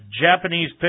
Japanese